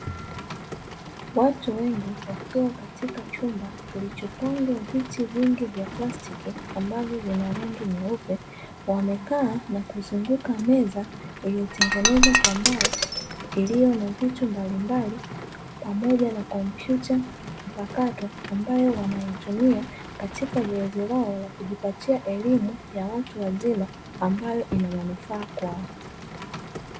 Watu wengi, wakiwa katika chumba kilichopangwa viti vingi vya plastiki ambavyo vina rangi nyeupe. Wamekaa na kuzunguka meza iliyotengenezwa kwa mbao, iliyo na vitu mbalimbali pamoja na kompyuta mpakato ambayo wanaitumia katika zoezi lao la kujipatia elimu ya watu wazima, ambayo ina manufaa kwao.